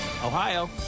Ohio